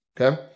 okay